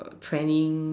training